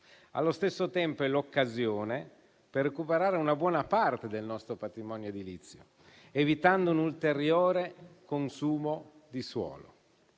allo stesso tempo, è l'occasione per recuperare una buona parte del nostro patrimonio edilizio, evitando un ulteriore consumo di suolo.